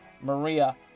Maria